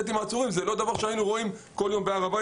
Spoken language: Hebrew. זה לא דבר שהיינו רואים כל יום בהר הבית